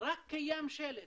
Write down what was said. רק קיים שלט.